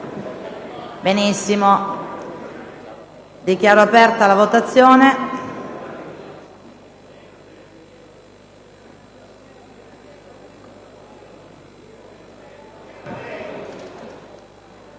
senatori. Dichiaro aperta la votazione.